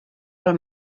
pel